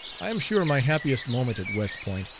i am sure my happiest moment at west point,